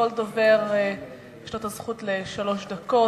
לכל דובר יש הזכות לשלוש דקות.